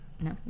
No